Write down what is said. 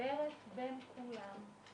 שמחברת בין כולם.